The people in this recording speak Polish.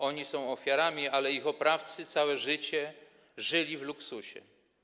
Oni są ofiarami, ale ich oprawcy całe życie żyli w luksusie.